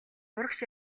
урагш